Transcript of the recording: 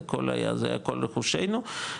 זה היה כל רכושנו,